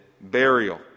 burial